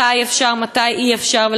מתי אפשר ומתי אי-אפשר.